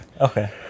Okay